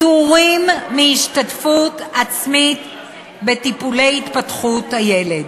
פטורים מהשתתפות עצמית בטיפולי התפתחות הילד.